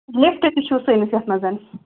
lift تہِ چھُو سٲنِس یَتھ مَنٛز